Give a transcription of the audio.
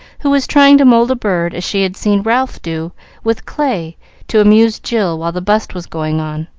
who was trying to mould a bird, as she had seen ralph do with clay to amuse jill while the bust was going on.